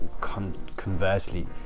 conversely